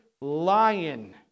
lion